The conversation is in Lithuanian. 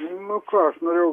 nu ką aš norėjau